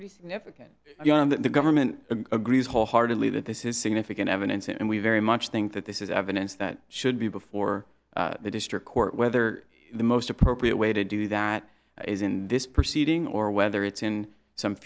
pretty significant that the government agrees wholeheartedly that this is significant evidence and we very much think that this is evidence that should be before the district court whether the most appropriate way to do that is in this proceeding or whether it's in some